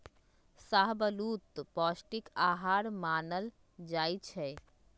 शाहबलूत पौस्टिक अहार मानल जाइ छइ